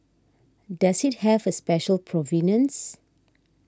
does it have a special provenance